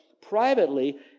privately